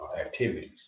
activities